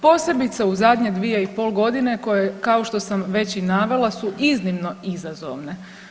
Posebice u zadnje 2,5 godine koje kao što sam već i navela su iznimno izazovne.